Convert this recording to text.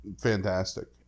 fantastic